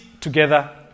together